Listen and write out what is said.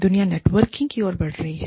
दुनिया नेटवर्किंग की ओर बढ़ रही है